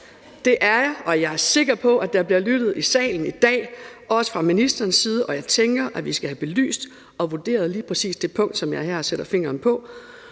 Det er jeg. Og jeg er sikker på, at der bliver lyttet i salen i dag, også fra ministerens side, og jeg tænker, at vi skal have belyst og vurderet lige præcis det punkt, som jeg her sætter fingeren på.